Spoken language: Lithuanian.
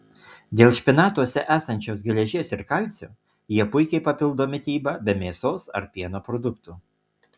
dėl špinatuose esančios geležies ir kalcio jie puikiai papildo mitybą be mėsos ar pieno produktų